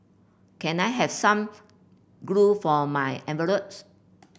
can I have some glue for my envelopes